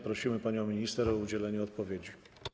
Prosimy panią minister o udzielenie odpowiedzi.